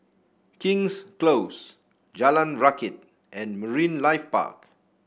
King's Close Jalan Rakit and Marine Life Park